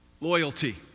Loyalty